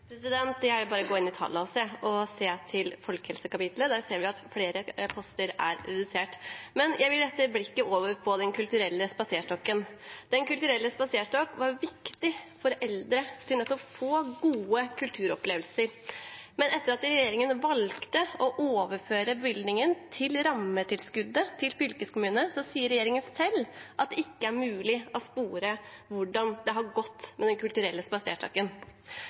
Det er bare å gå inn i tallene og se. I folkehelsekapitlet ser vi at flere poster er redusert. Men jeg vil rette blikket mot Den kulturelle spaserstokken. Den kulturelle spaserstokken var viktig for eldre for nettopp å få gode kulturopplevelser. Men etter at regjeringen valgte å overføre bevilgningen til rammetilskuddet til fylkeskommunene, sier regjeringen selv at det ikke er mulig å spore hvordan det har gått med Den kulturelle